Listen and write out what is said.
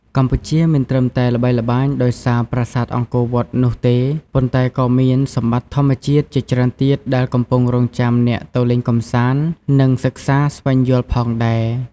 កម្ពុជាមិនត្រឹមតែល្បីល្បាញដោយសារប្រាសាទអង្គរវត្តនោះទេ ប៉ុន្តែក៏មានសម្បត្តិធម្មជាតិជាច្រើនទៀតដែលកំពុងរង់ចាំអ្នកទៅលេងកំសាន្ត និងសិក្សាស្វែងយល់ផងដែរ។